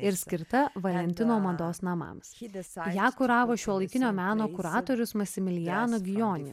ir skirta valentino mados namams ją kuravo šiuolaikinio meno kuratorius masimilijano gijoni